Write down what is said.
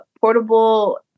portable